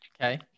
Okay